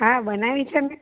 હા બનાવી છે ને